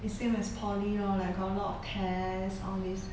it's same as poly lor like got a lot of tests all this